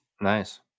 Nice